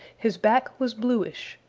his back was bluish.